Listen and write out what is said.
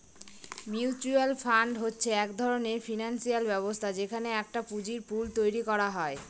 mutual fund হচ্ছে এক ধরনের ফিনান্সিয়াল ব্যবস্থা যেখানে একটা পুঁজির পুল তৈরী করা হয়